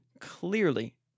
clearly